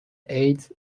ایدز